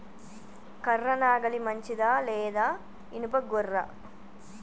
కర్ర నాగలి మంచిదా లేదా? ఇనుప గొర్ర?